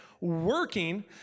Working